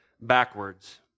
backwards